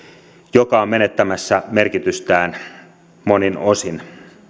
joka on menettämässä merkitystään monin osin